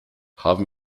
haben